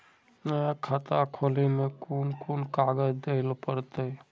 नया खाता खोले में कौन कौन कागज देल पड़ते?